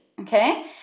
okay